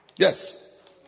Yes